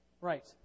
Right